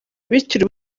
bityo